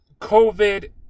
COVID